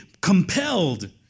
compelled